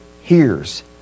hears